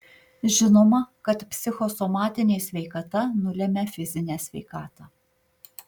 žinoma kad psichosomatinė sveikata nulemia fizinę sveikatą